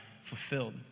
fulfilled